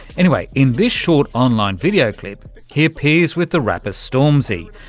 anyway, in this short online video clip he appears with the rapper stormzy.